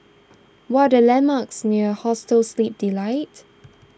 what are the landmarks near Hostel Sleep Delight